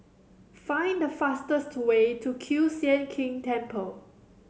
find the fastest way to Kiew Sian King Temple